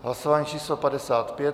Hlasování číslo 55.